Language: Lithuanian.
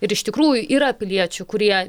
ir iš tikrųjų yra piliečių kurie